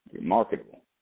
marketable